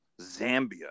Zambia